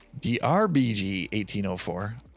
DRBG1804